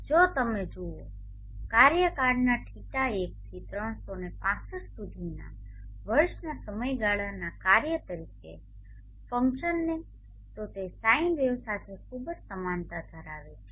જો તમે જુઓ કાર્યકાળના δ 1 થી 365 સુધીના વર્ષના સમયગાળાના કાર્ય તરીકે ફંક્શનને તો તે સાઇન વેવ સાથે ખૂબ જ સમાનતા ધરાવે છે